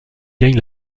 gagne